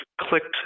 clicked